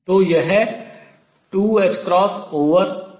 तो यह 2ℏm0 आता है